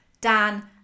Dan